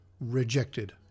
rejected